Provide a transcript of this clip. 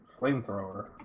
flamethrower